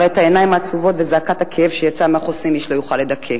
אבל את העיניים העצובות וזעקת הכאב שיצאה מהחוסים איש לא יכול לדכא.